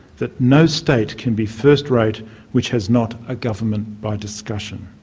that no state can be first-rate which has not a government by discussion.